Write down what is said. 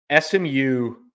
SMU